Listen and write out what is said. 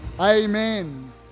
Amen